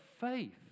faith